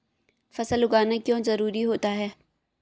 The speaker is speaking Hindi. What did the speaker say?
फसल उगाना क्यों जरूरी होता है?